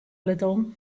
little